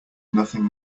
nothing